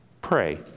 pray